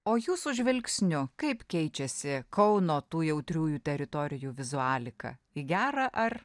o jūsų žvilgsniu kaip keičiasi kauno tų jautriųjų teritorijų vizualika į gera ar